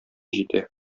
җитә